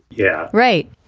yeah, right.